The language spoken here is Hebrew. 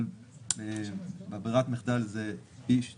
אבל בברירת המחדל זה פי אחד